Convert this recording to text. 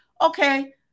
okay